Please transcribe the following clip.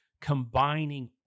combining